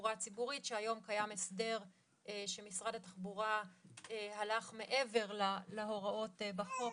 בתחבורה ציבורית היום קיים הסדר שמשרד התחבורה הלך מעבר להוראות בחוק